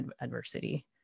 adversity